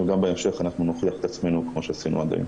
גם בהמשך אנחנו נוכיח את עצמנו כמו שעשינו עד היום.